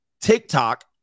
TikTok